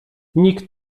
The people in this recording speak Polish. nikt